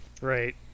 Right